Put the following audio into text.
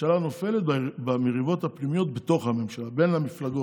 הממשלה נופלת במריבות הפנימיות בתוך הממשלה,